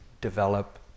develop